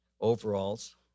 overalls